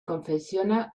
confecciona